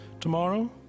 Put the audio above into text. tomorrow